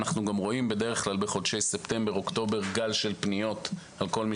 אנחנו גם רואים בדרך כלל בחודשי ספטמבר-אוקטובר גל פניות מאלה